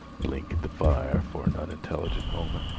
blink at the fire for an unintelligent moment,